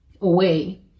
away